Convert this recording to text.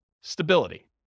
stability